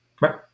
Right